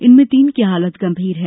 इनमें तीन की हालत गंभीर है